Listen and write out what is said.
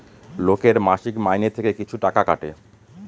লোকের মাসিক মাইনে থেকে কিছু টাকা কাটে